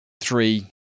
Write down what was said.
three